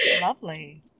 Lovely